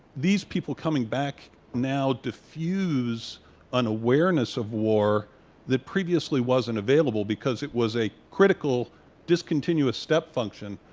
these people coming back now diffuse an awareness of war that previously wasn't available because it was a critical discontinuous step function.